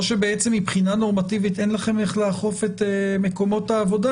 או שבעצם מבחינה נורמטיבית אין לכם בכלל איך לאכוף את מקומות העבודה?